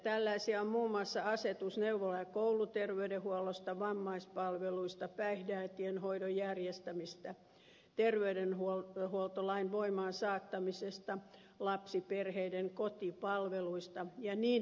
tällaisia ovat muun muassa asetus neuvola ja kouluterveydenhuollosta vammaispalveluista päihdeäitien hoidon järjestämisestä terveydenhuoltolain voimaan saattamisesta lapsiperheiden kotipalveluista ja niin edespäin